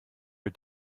für